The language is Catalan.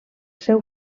seu